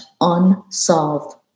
unsolved